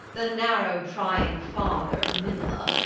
the narrow-prying father, minola,